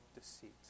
deceit